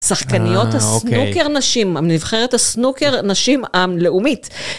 שחקניות הסנוקר נשים, נבחרת הסנוקר נשים עם לאומית.